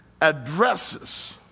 addresses